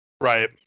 Right